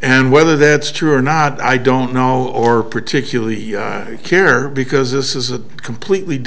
and whether that's true or not i don't know or particularly care because this is a completely